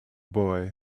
boy